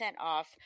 off